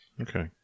Okay